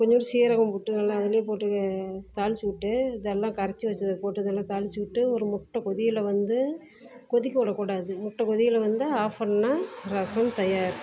கொஞ்சோண்டு சீரகம் போட்டு நல்லா அதுலேயே போட்டு தாளித்து விட்டு இதெல்லாம் கரைச்சி வைச்சத போட்டு நல்லா தாளித்து விட்டு ஒரு முட்டை கொதியலில் வந்து கொதிக்க விடக்கூடாது முட்டை கொதியல் வந்து ஆஃப் பண்ணால் ரசம் தயார்